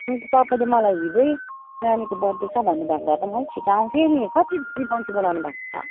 अनि त तपाईँले मलाई हिजै नानीको बर्थडे छ भन्नुभएको भए त म अलिक छिटो आउँथेँ नि कति बजे मन्छे बोलाउनु भएको छ